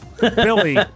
Billy